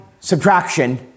subtraction